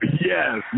Yes